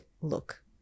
look